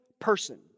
person